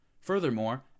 Furthermore